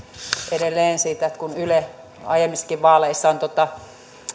edelleen siitä että kun yle aiemmissakin vaaleissa on